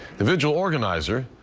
the vigil organizer,